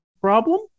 problem